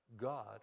God